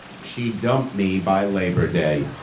she dumped me by labor day.